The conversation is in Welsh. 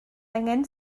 angen